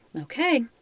Okay